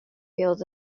field